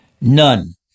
None